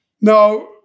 Now